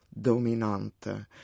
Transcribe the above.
dominante